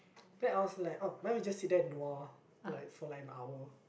then I was like oh now you just sit there and nua like for like an hour